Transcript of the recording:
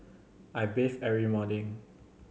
I bathe every morning